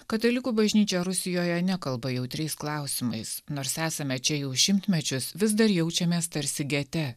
katalikų bažnyčia rusijoje nekalba jautriais klausimais nors esame čia jau šimtmečius vis dar jaučiamės tarsi gete